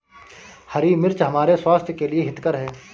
हरी मिर्च हमारे स्वास्थ्य के लिए हितकर हैं